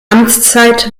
amtszeit